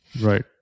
Right